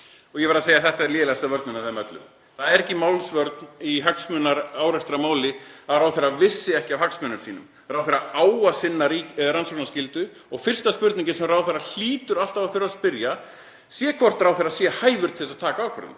Ég verð að segja að þetta er lélegasta vörnin af þeim öllum. Það er ekki málsvörn í hagsmunaárekstrarmáli að ráðherra hafi ekki vitað af hagsmunum sínum. Ráðherra á að sinna rannsóknarskyldu og fyrsta spurningin sem ráðherra hlýtur alltaf að þurfa að spyrja er hvort hann sé hæfur til þess að taka ákvörðun.